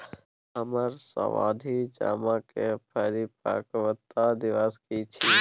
हमर सावधि जमा के परिपक्वता दिवस की छियै?